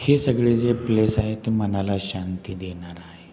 हे सगळे जे प्लेस आहे ते मनाला शांती देणारं आहे